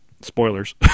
Spoilers